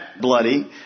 bloody